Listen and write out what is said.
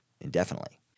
indefinitely